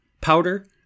powder